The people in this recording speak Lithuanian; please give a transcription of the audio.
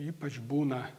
ypač būna